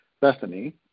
bethany